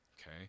okay